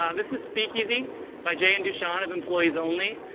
um this is speakeasy by jay and dusham of employees only.